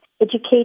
Educate